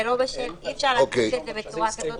זה לא בשל, אי אפשר לעשות את זה בצורה כזאת.